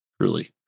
Truly